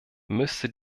müsste